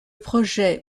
projet